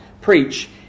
preach